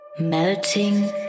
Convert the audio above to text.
melting